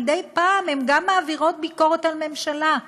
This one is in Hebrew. מדי פעם הן גם מעבירות ביקורת על הממשלה.